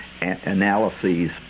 analyses